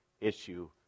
issue